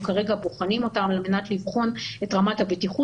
כרגע בוחנים מטרתם לבחון את רמת הבטיחות,